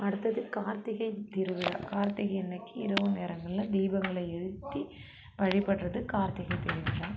அடுத்தது கார்த்திகை திருவிழா கார்த்திகை அன்னைக்கி இரவு நேரங்களில் தீபங்களை எழுத்தி வழிபடுறது கார்த்திகை திருவிழா